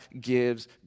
gives